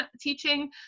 teaching